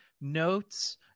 notes